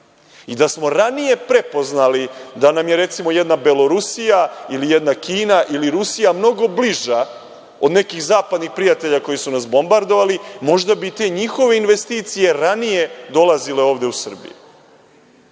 Da smo ranije prepoznali da nam je recimo jedna Belorusija ili jedna Kina ili Rusija mnogo bliža od nekih zapadnih prijatelja koji su nas bombardovali, možda bi te njihove investicije ranije dolazile ovde u Srbiju. Dakle,